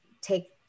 take